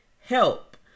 help